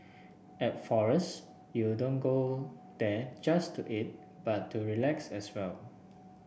at Forest you don't go there just to eat but to relax as well